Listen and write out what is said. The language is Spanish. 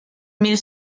mil